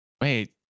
Wait